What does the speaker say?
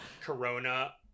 Corona